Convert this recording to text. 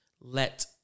let